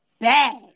bad